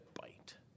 bite